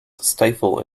stifle